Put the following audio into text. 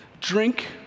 drink